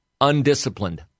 undisciplined